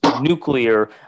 nuclear